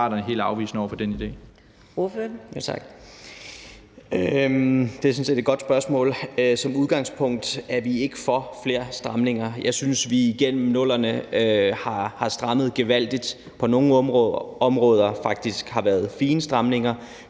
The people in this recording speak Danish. set et godt spørgsmål. Som udgangspunkt er vi ikke for flere stramninger. Jeg synes, at vi igennem 00'erne har strammet gevaldigt. På nogle områder har det faktisk været fine stramninger,